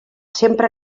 sempre